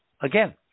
again